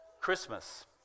Christmas